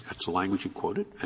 that's the language you quoted,